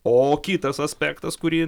o kitas aspektas kurį